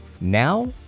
now